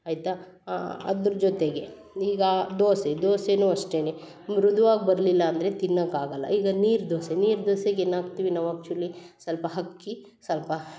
ಆಯಿತಾ ಅದ್ರ ಜೊತೆಗೆ ಈಗ ದೋಸೆ ದೋಸೆಯೂ ಅಷ್ಟೆ ಮೃದುವಾಗಿ ಬರಲಿಲ್ಲ ಅಂದರೆ ತಿನ್ನಕ್ಕೆ ಆಗಲ್ಲ ಈಗ ನೀರ್ದೋಸೆ ನೀರ್ದೋಸೆಗೆ ಏನು ಹಾಕ್ತೀವಿ ನಾವು ಆ್ಯಕ್ಚುಲಿ ಸ್ವಲ್ಪ ಅಕ್ಕಿ ಸ್ವಲ್ಪ